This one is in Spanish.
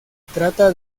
trata